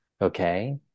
okay